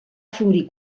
florir